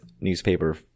newspaper